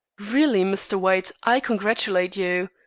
really, mr. white, i congratulate you.